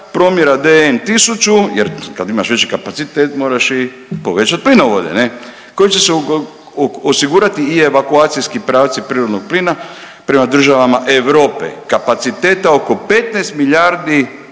promjera DN tisuću. Jer kad imaš veći kapacitet moraš i povećati plinovode kojim će se osigurati i evakuacijski pravci prirodnog plina prema državama Europe kapaciteta oko 15 milijardi